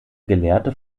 gelehrte